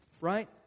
right